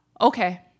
okay